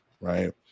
right